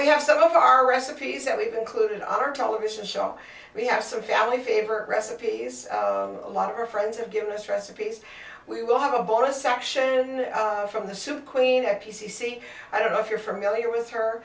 we have some of our recipes that we've included on our television show we have some family favorite recipes a lot of our friends have given us recipes we will have a bonus action from the soup queen a p c c i don't know if you're familiar with her